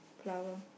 flower